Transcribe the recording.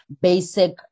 basic